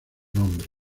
nombre